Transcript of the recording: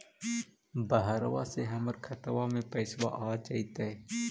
बहरबा से हमर खातबा में पैसाबा आ जैतय?